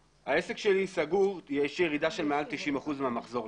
העסק שלי סגור כי יש ירידה של מעל 90 אחוזים מהמחזור.